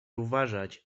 uważać